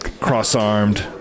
cross-armed